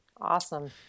Awesome